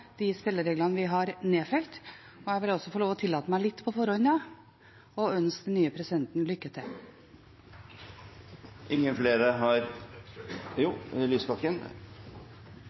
de spillereglene vi har nedfelt. Jeg vil også få tillate meg – litt på forhånd – å ønske den nye presidenten lykke til.